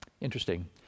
Interesting